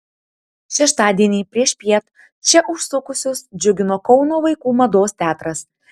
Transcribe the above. šeštadienį priešpiet čia užsukusius džiugino kauno vaikų mados teatras